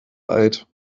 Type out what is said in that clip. alt